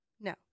No